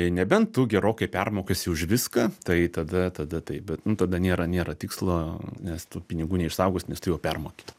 nebent tu gerokai permokėsi už viską tai tada tada taip bet nu tada nėra nėra tikslo nes tų pinigų neišsaugosi nes tu jau permokėjai